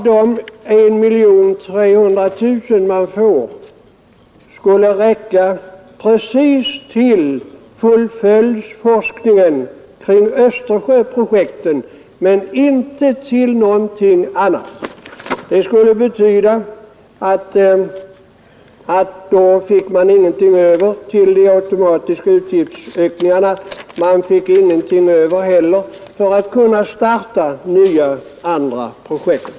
De 1300 000 man får i prop. skulle räcka precis till följdforskningen kring Östersjöprojekten men inte till någonting annat. Det skulle betyda att man inte får någonting över till de automatiska utgiftsökningarna och inte heller någonting för att kunna starta nya projekt.